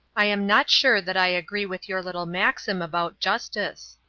i am not sure that i agree with your little maxim about justice.